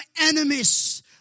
enemies